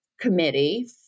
committee